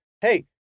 Hey